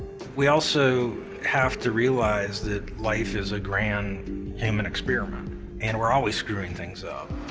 we also have to realize that life is a grand human experiment and we're always screwing things up.